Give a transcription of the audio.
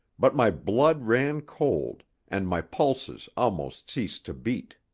but my blood ran cold, and my pulses almost ceased to beat.